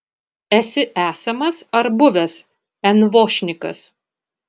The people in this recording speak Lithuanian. esi esamas ar buvęs envošnikas